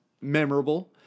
memorable